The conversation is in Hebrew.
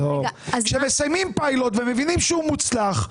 כשמסיימים פיילוט ומבינים שהוא מוצלח,